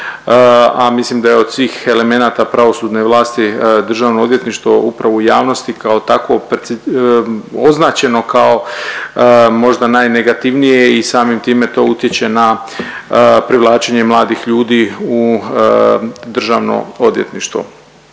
a mislim da je od svih elemenata pravosudne vlasti državno odvjetništvo upravo u javnosti kao takvo perci… označeno kao možda najnegativnije i samim time to utječe na privlačenje mladih ljudi u državno odvjetništvo.